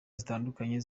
zitandukanye